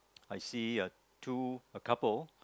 I see uh two a couple